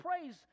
praise